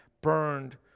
burned